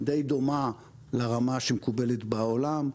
די דומה לרמה שמקובלת בעולם.